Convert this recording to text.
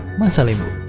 masalembo